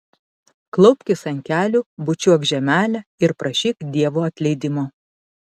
klaupkis ant kelių bučiuok žemelę ir prašyk dievo atleidimo